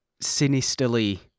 sinisterly